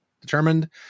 determined